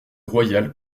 royal